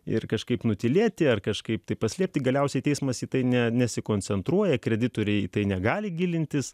ir kažkaip nutylėti ar kažkaip tai paslėpti galiausiai teismas į tai ne nesikoncentruoja kreditoriai į tai negali gilintis